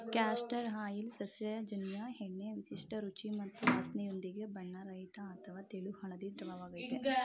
castor oil ಸಸ್ಯಜನ್ಯ ಎಣ್ಣೆ ವಿಶಿಷ್ಟ ರುಚಿ ಮತ್ತು ವಾಸ್ನೆಯೊಂದಿಗೆ ಬಣ್ಣರಹಿತ ಅಥವಾ ತೆಳು ಹಳದಿ ದ್ರವವಾಗಯ್ತೆ